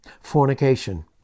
fornication